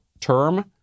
term